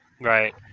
Right